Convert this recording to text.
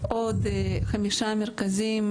עוד חמישה מרכזים,